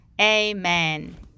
Amen